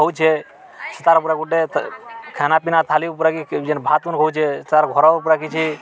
ହଉଛେ ସେ ତା'ର୍ ପରେ ଗୋଟେ ଖାନାପିନା ଥାଲି ଉପରେ କି ଯେନ୍ ଭାତୁନ୍ ହଉଛେ ସେ ତା'ର୍ ଘର ଉପରେ କିଛି